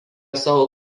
savo